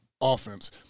offense